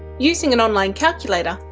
using an online calculator,